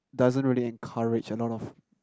doesn't really encourage a lot of